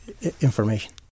information